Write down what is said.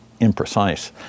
imprecise